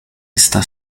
está